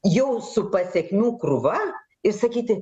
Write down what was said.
jau su pasekmių krūva ir sakyti